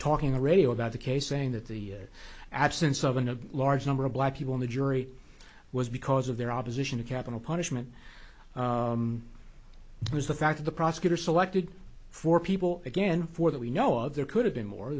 talking a radio about the case saying that the absence of a large number of black people in the jury was because of their opposition to capital punishment was the fact of the prosecutor selected for people again for that we know of there could have been more